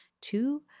Two